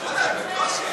לוועדת החוקה,